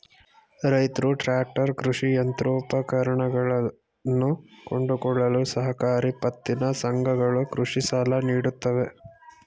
ರೈತ್ರು ಟ್ರ್ಯಾಕ್ಟರ್, ಕೃಷಿ ಯಂತ್ರೋಪಕರಣಗಳನ್ನು ಕೊಂಡುಕೊಳ್ಳಲು ಸಹಕಾರಿ ಪತ್ತಿನ ಸಂಘಗಳು ಕೃಷಿ ಸಾಲ ನೀಡುತ್ತವೆ